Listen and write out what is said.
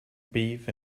beef